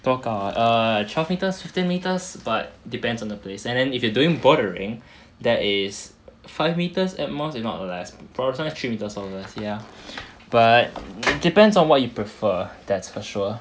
多高 ah err twelve metres fifteen metres but depends on the place and then if you doing bouldering that is five meters at most if not less fortunate probably three metres or less ya but depends on what you prefer that's for sure